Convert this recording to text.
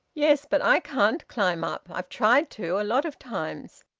yes, but i can't climb up. i've tried to, a lot of times.